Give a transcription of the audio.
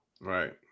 Right